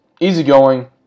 easygoing